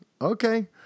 Okay